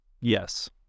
yes